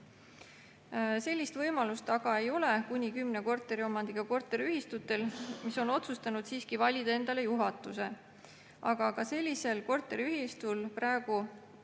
Sellist võimalust aga ei ole kuni 10 korteriomandiga korteriühistutel, mis on otsustanud siiski valida endale juhatuse. Kehtivas õiguses ei ole sellisel korteriühistul praegu